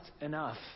enough